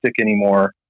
anymore